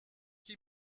qui